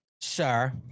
sir